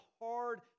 hard